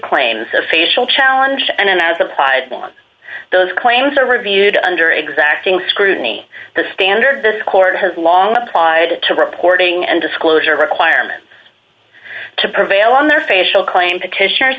claims of facial challenge and as applied on those claims are reviewed under exacting scrutiny the standard this court has long applied to reporting and disclosure requirements to prevail on their facial claim petitioners